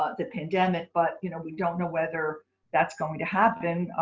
ah and pandemic. but you know, we don't know whether that's going to happen,